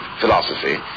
philosophy